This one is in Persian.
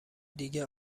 دیگه